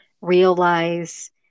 realize